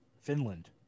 Finland